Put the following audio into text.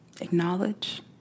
Acknowledge